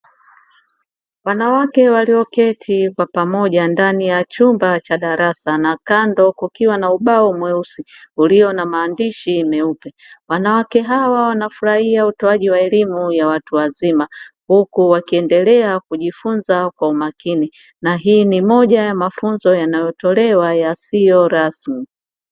Wanawake walioketi kwa pamoja ndani ya chumba cha darasa, na kando kukiwa na ubao mweusi ulio na maandishi meupe. Wanawake hawa wanafurahia utoaji wa elimu ya watu wazima, huku wakiendelea kujifunza kwa umakini na hii ni moja ya mafunzo yanayotolewa yasiyo rasmi.